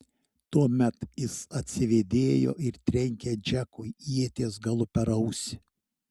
tuomet jis atsivėdėjo ir trenkė džekui ieties galu per ausį